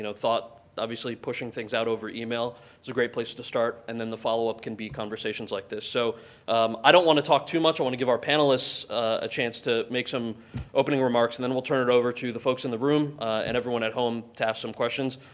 thought obviously pushing things out over email is a great place to start and then the follow-up can be conversations like this. so i don't want to talk too much. i want to give our panelists a chance to make some opening remarks, and then we'll turn it over to the folks in the room and everyone at home to ask some questions.